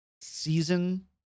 season